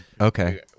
Okay